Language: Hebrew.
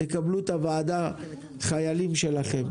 תקבלו את הוועדה חיילים שלכם.